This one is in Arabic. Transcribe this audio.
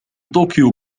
طوكيو